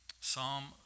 Psalm